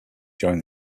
during